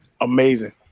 amazing